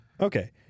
Okay